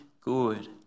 good